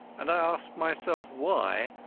and i asked myself why,